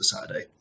Saturday